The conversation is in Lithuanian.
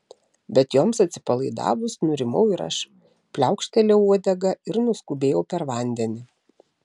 bet joms atsipalaidavus nurimau ir aš pliaukštelėjau uodega ir nuskubėjau per vandenį